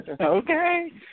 Okay